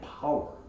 power